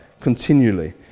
continually